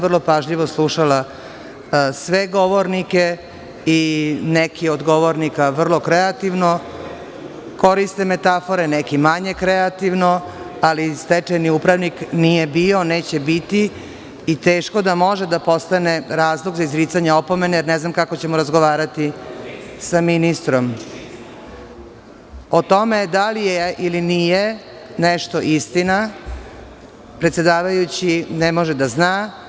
Vrlo sam pažljivo slušala sve govornike, i neki od govornika vrlo kreativno koriste metafore, neki manje kreativno, ali stečajni upravnik nije bio neće biti i teško da može da postane razlog za izricanje opomene, jer ne znam kako ćemo razgovarati sa ministrom. (Zoran Babić, s mesta: Neistina je.) O tome da li je ili nije nešto istina, predsedavajući ne može da zna.